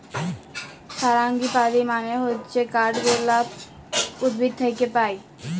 ফারাঙ্গিপালি মানে হচ্যে কাঠগলাপ উদ্ভিদ থাক্যে পায়